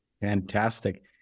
Fantastic